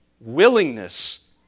willingness